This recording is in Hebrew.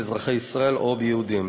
באזרחי ישראל או ביהודים.